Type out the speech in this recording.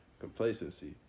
complacency